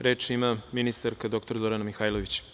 Reč ima ministarka, dr Zorana Mihajlović.